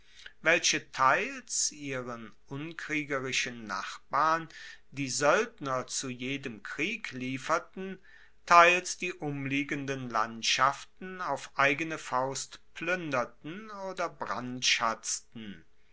welche teils ihren unkriegerischen nachbarn die soeldner zu jedem krieg lieferten teils die umliegenden landschaften auf eigene faust pluenderten oder brandschatzten